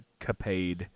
capade